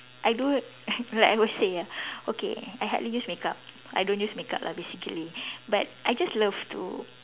I do like I would say ah okay I hardly use makeup I don't use makeup lah basically but I just love to